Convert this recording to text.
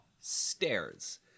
stairs